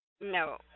No